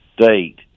state